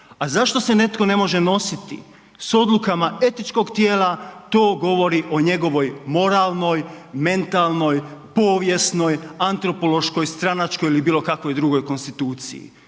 A zašto se netko ne može nositi s odlukama etičkog tijela, to govori o njegovoj moralnoj, mentalnoj, povijesnoj, antropološkoj, stranačkoj ili bilo kakvoj konstituciji.